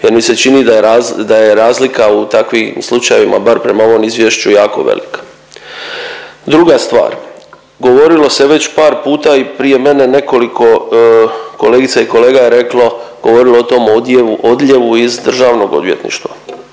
jer mi se čini da je razlika u takvim slučajevima bar prema ovom izvješću jako velika. Druga stvar, govorilo se već par puta i prije mene nekoliko kolegica i kolega je reklo, govorilo o tom odljevu iz državnog odvjetništva.